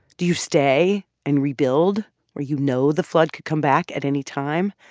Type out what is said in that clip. do you stay and rebuild where you know the flood could come back at any time?